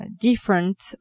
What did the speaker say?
different